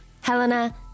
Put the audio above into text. Helena